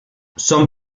son